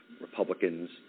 Republicans